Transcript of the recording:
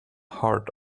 heart